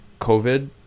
COVID